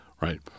right